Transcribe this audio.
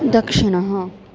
दक्षिणः